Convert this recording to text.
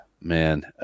man